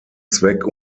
zweck